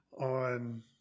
on